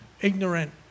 ignorant